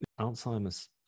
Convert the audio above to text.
Alzheimer's